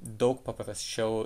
daug paprasčiau